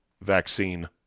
vaccine